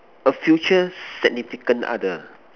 a future significant other